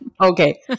Okay